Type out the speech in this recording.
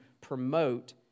promote